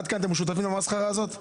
עד כאן אתם שותפים למסחרה הזאת?